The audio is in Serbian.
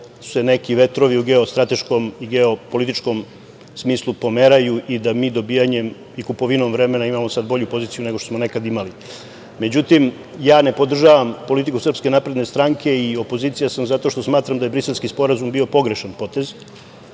su se neki vetrovi u geostrateškom i geopolitičkom smislu pomeraju i da mi dobijanjem i kupovinom vremena imamo sad bolju poziciju nego što smo nekad imali.Međutim, ja ne podržavam politiku SNS i opozicija sam, zato što smatram da je Briselski sporazum bio pogrešan potez